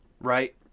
right